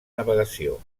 navegació